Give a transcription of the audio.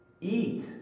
eat